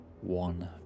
one